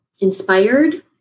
inspired